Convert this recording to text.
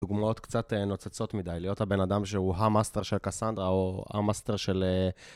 דוגמאות קצת נוצצות מדי, להיות הבן אדם שהוא המאסטר של קסנדרה או המאסטר של...